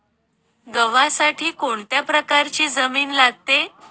गव्हासाठी कोणत्या प्रकारची जमीन लागते?